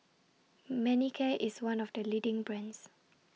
Manicare IS one of The leading brands